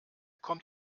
kommt